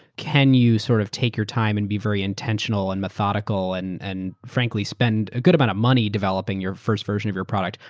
can you sort of take your time, and be intentional and methodical, and and frankly spend a good amount of money developing your first version of your product?